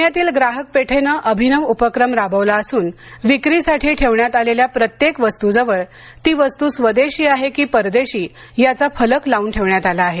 पुण्यातील ग्राहक पेठेने अभिनव उपक्रम राबवला असून विक्रीसाठी ठेवण्यात आलेल्या प्रत्येक वस्तूजवळ ती वस्तू स्वदेशी आहे की परदेशी याचा फलक लावून ठेवण्यात आला आहे